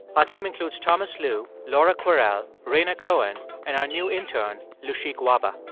our team includes thomas lu, laura kwerel, rhaina cohen and our new intern, lushik waba.